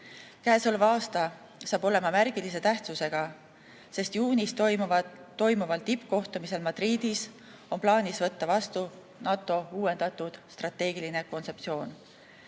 Käesolev aasta saab olema märgilise tähtsusega, sest juunis toimuval tippkohtumisel Madridis on plaanis võtta vastu NATO uuendatud strateegiline kontseptsioon.